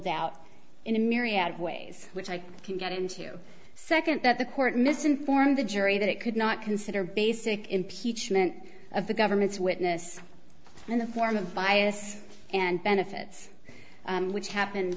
doubt in a myriad of ways which i can get into second that the court misinformed the jury that it could not consider basic impeachment of the government's witness in the form of bias and benefits which happened